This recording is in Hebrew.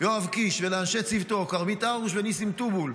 יואב קיש ולאנשי צוותו כרמית הרוש וניסים טובול,